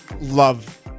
love